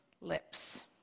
lips